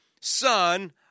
son